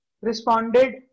responded